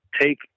take